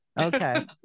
Okay